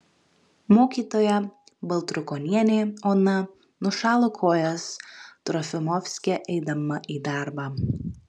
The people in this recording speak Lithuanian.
mokytoja baltrukonienė ona nušalo kojas trofimovske eidama į darbą